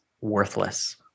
worthless